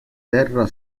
terra